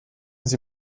sie